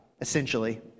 essentially